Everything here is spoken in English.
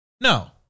no